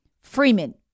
Freeman